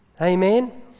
Amen